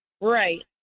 Right